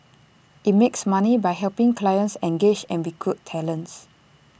IT makes money by helping clients engage and recruit talents